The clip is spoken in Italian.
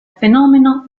fenomeno